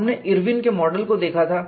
आपने इरविन के मॉडल को देखा था